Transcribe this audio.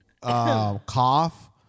cough